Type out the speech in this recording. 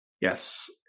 Yes